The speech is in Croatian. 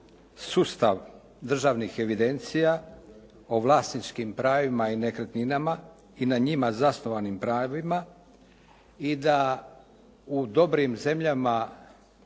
sustav državnih evidencija o vlasničkim pravima i nekretninama i na njima zasnovanim pravima i da u dobrim zemljama